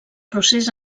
procés